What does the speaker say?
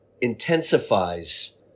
intensifies